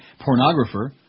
pornographer